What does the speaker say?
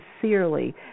sincerely